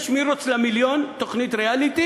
יש "מירוץ למיליון", תוכנית ריאליטי.